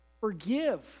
forgive